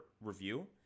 review